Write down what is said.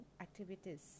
activities